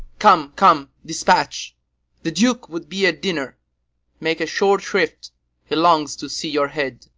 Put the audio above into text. come, come, despatch the duke would be at dinner make a short shrift he longs to see your head.